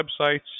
websites